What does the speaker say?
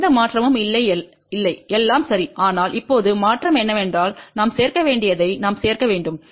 எனவே எந்த மாற்றமும் இல்லை எல்லாம் சரி ஆனால் இப்போது மாற்றம் என்னவென்றால் நாம் சேர்க்க வேண்டியதை நாம் சேர்க்க வேண்டும்